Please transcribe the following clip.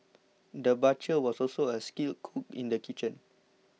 the butcher was also a skilled cook in the kitchen